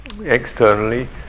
externally